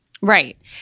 Right